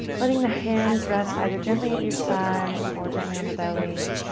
letting the hands rest either gently at your side or gently on the belly.